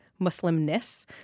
Muslimness